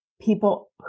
people